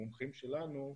המומחים שלנו,